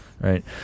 right